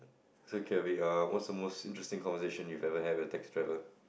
so carry out what's the most interesting conversation you ever have with taxi driver